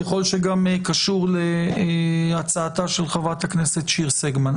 אם זה קשור להצעתה של חברת הכנסת שיר סגמן.